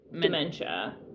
dementia